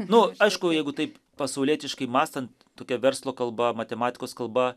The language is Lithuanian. nu aišku jeigu taip pasaulietiškai mąstant tokia verslo kalba matematikos kalba